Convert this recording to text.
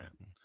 right